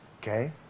okay